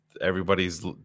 everybody's